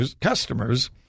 customers